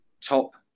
top